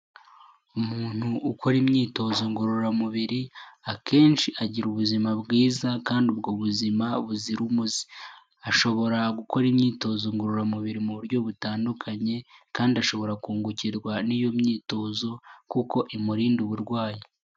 Umuntu ukora imyitozo ngororamubiri akenshi agira ubuzima bwiza, kandi ubwo buzima buzira umuze. Ashobora gukora imyitozo ngororamubiri muburyo butandukanye, kandi akungukirwa n'iyo myitozo, kuko imurinda uburwayi.